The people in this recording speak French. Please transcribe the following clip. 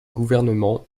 gouvernement